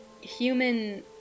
human